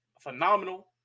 phenomenal